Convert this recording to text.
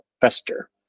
fester